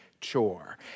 chore